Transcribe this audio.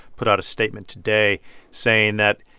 put out a statement today saying that,